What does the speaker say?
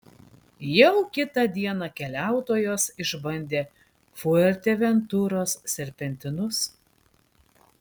jau kitą dieną keliautojos išbandė fuerteventuros serpentinus